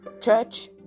church